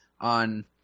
on